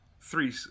three